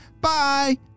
Bye